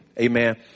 Amen